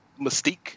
mystique